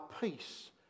peace